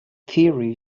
theory